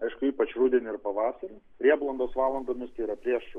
aišku ypač rudenį ir pavasarį prieblandos valandomis tai yra prieš